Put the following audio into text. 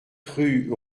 rue